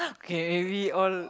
okay maybe all